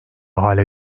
hale